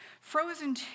Frozen